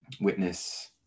witness